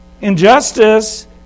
Injustice